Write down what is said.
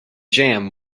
jam